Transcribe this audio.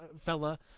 fella